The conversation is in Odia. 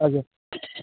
ଆଜ୍ଞା